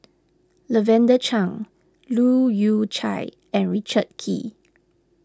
Lavender Chang Leu Yew Chye and Richard Kee